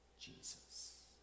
Jesus